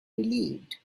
relieved